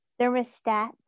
thermostat